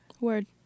Word